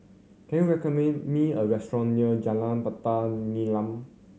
can you recommend me a restaurant near Jalan Batu Nilam